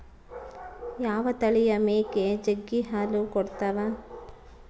ಯಾವ ತಳಿಯ ಮೇಕೆ ಜಗ್ಗಿ ಹಾಲು ಕೊಡ್ತಾವ?